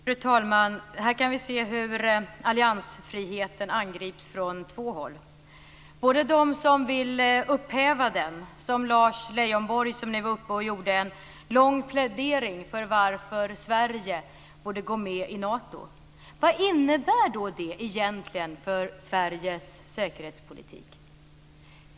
Fru talman! Här kan vi ser hur alliansfriheten angrips från två håll. Det gäller dels dem som vill upphäva den, som Lars Leijonborg som nu var uppe och gjorde en lång plädering för varför Sverige borde gå med i Nato. Vad innebär då det egentligen för Sveriges säkerhetspolitik?